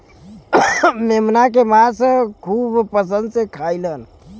मेमना के मांस खूब पसंद से खाएलन